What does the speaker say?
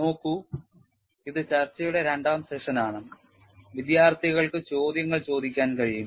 നോക്കൂ ഇത് ചർച്ചയുടെ രണ്ടാം സെഷൻ ആണ്വിദ്യാർത്ഥികൾക്ക് ചോദ്യങ്ങൾ ചോദിക്കാൻ കഴിയും